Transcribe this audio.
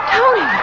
Tony